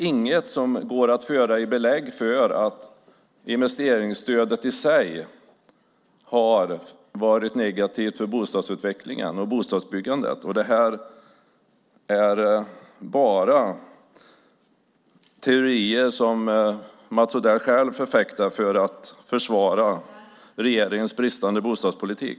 Det finns inget belägg för att investeringsstödet i sig har varit negativt för bostadsutvecklingen och bostadsbyggandet. Det är bara teorier som Mats Odell själv förfäktar i sitt försvar av regeringens bristande bostadspolitik.